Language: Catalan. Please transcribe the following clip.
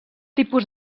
tipus